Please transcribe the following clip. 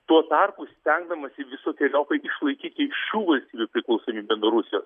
tuo tarpu stengdamasi visokeriopai išlaikyti šių valstybių priklausomybę nuo rusijos